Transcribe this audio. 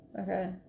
Okay